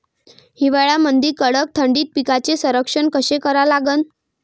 हिवाळ्यामंदी कडक थंडीत पिकाचे संरक्षण कसे करा लागन?